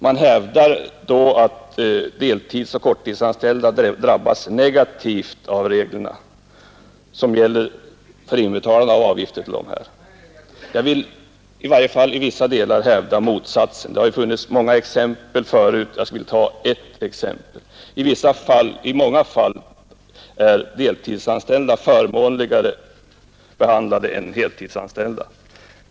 Man hävdar att deltidsoch korttidsanställda drabbas negativt av de regler som gäller för inbetalning av avgifter. Jag vill i varje fall i vissa delar hävda motsatsen. Det har anförts många exempel förut. Jag skulle vilja nämna ett exempel. I många fall är deltidsanställda förmånligare behandlade än heltidsanställda.